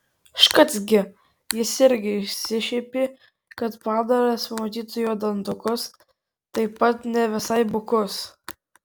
škac gi jis irgi išsišiepė kad padaras pamatytų jo dantukus taip pat ne visai bukus